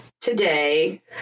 today